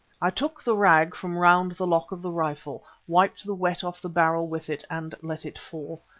i took the rag from round the lock of the rifle, wiped the wet off the barrel with it and let it fall.